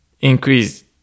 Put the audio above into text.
increase